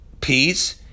peace